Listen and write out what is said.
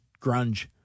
grunge